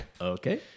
Okay